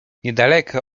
niedaleko